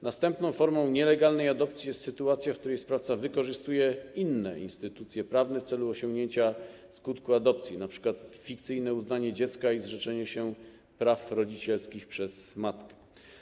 Następną formą nielegalnej adopcji jest sytuacja, w której sprawca wykorzystuje inne instytucje prawne w celu osiągnięcia skutku adopcji, np. fikcyjne uznanie dziecka i zrzeczenie się praw rodzicielskich przez matkę.